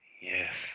Yes